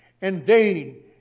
Indeed